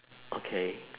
okay